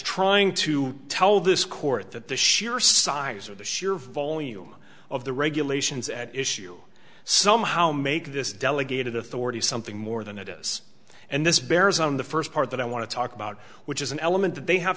trying to tell this court that the sheer size or the sheer volume of the regulations at issue somehow make this delegated authority something more than it is and this bears on the first part that i want to talk about which is an element that they have